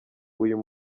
uyu